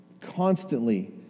Constantly